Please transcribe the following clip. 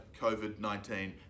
COVID-19